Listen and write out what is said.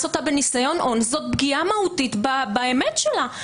אותה בניסיון אונס זו פגיעה מהותית באמת שלה.